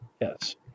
Yes